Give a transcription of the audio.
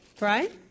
Right